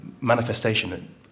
manifestation